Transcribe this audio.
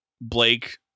Blake